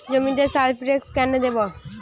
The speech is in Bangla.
জমিতে সালফেক্স কেন দেবো?